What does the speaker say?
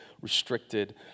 restricted